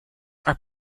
are